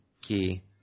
key